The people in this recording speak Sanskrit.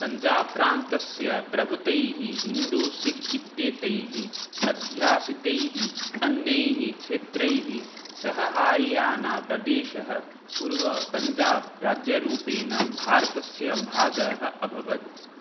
पञ्जाब् प्रान्तस्य प्रभुत्वैः हिन्दू सिख् इत्येतैः अध्यासितैः अन्यैः क्षेत्रैः सह हरियानाप्रदेशः पूर्वपञ्जाब् राज्यरूपेण भारतस्य भागः अभवत्